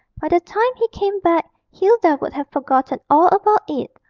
by the time he came back hilda would have forgotten all about it,